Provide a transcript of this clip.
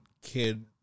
kid